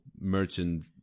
merchant